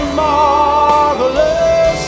marvelous